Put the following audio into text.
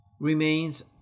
remains